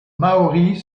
maori